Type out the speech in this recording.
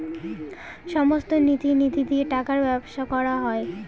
সমস্ত নীতি নিধি দিয়ে টাকার ব্যবসা করা হয়